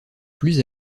plus